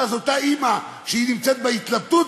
ואז אותה אימא שנמצאת בהתלבטות,